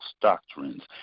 doctrines